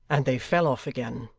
and they fell off again.